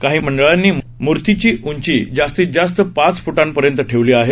काही मंडळांनी मूर्तीची उंची जास्तीत जास्त पाच फ्टांपर्यंत ठेवली आहे